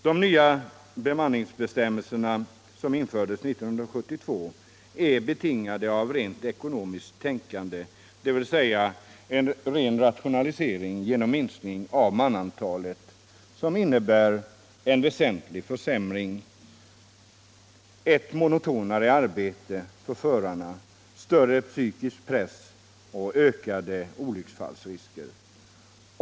De nya bemanningsbestämmelserna som infördes 1972 är betingade av ett rent ekonomiskt tänkande. Det är fråga om cen ren rationalisering genom minskning av manantalet som innebär en ordentlig försämring med ett monotonare arbete för förarna, större psykisk press och ökade olycksfallsrisker.